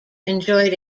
enjoyed